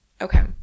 Okay